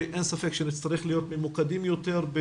אין ספק שנצטרך להיות ממוקדים יותר,